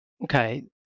Okay